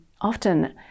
often